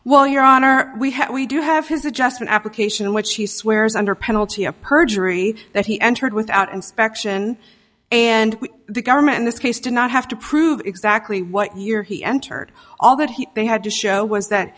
well your honor we have we do have his adjustment application in which he swears under penalty of perjury that he entered without inspection and the government in this case did not have to prove exactly what year he entered all that he they had to show was that